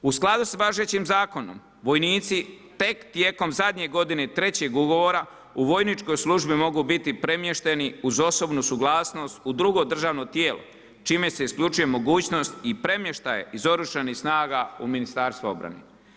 U skladu sa važećim zakonom, vojnici, tek tijekom zadnje godine trećeg ugovora, u vojničkoj službi mogu biti premješteni, uz osobnu suglasnost u drugo državno tijelo, čime se isključuje mogućnost i premještaj iz oružanih snaga u Ministarstvo obrane.